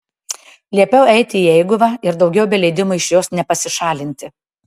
liepiau eiti į eiguvą ir daugiau be leidimo iš jos nepasišalinti